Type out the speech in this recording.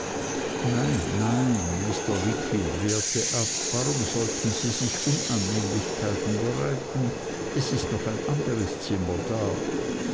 nein nein mr wickfield wehrte ab warum sollten sie sich unannehmlichkeiten bereiten es ist noch ein anderes zimmer da